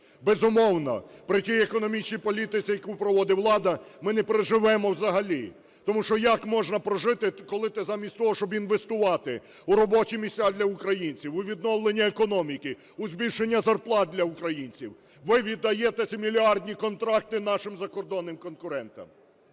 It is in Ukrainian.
Безумовно, при тій економічній політиці, яку проводить влада, ми не проживемо взагалі, тому що як можна прожити, коли ти замість того, щоб інвестувати в робочі місця для українців, у відновлення економіки, у збільшення зарплат для українців, ви віддаєте ці мільярдні контракти нашим закордонним конкурентам?